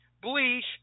bleach